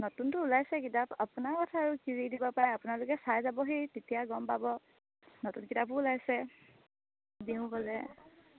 নতুনটো ওলাইছে কিতাপ আপোনাৰ কথা আৰু কি দিব পাৰে আপোনালোকে চাই যাবহি তেতিয়া গম পাব নতুন কিতাপো ওলাইছে দিওঁ ক'লে